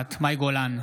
נוכחת מאי גולן,